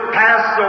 pass